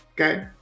Okay